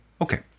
Okay